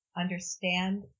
understand